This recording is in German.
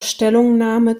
stellungnahme